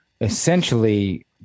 essentially